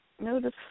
Notice